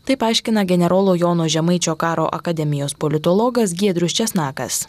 taip aiškina generolo jono žemaičio karo akademijos politologas giedrius česnakas